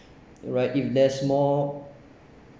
right if there's more